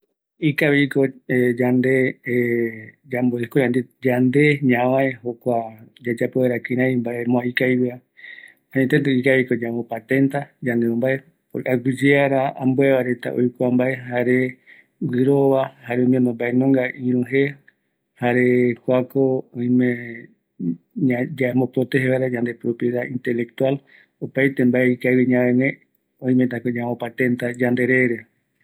Kua ikaviko, yaɨu vaera yande paravɨkɨ, aguiyeara ïruvareta oyembombae jeje, kua petente jeiva jaeko yayemboiya yande yandeparavɨkɨ re vaera, jaera kua ikavi, oïmevi ley reta yanderepɨ vaera